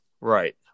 right